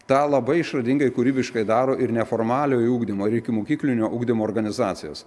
tą labai išradingai kūrybiškai daro ir neformaliojo ugdymo ir ikimokyklinio ugdymo organizacijos